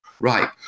right